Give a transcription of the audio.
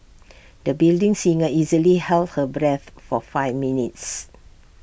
the budding singer easily held her breath for five minutes